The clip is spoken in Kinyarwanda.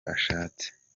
ashatse